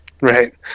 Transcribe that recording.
Right